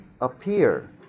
appear